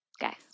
Guys